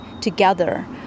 together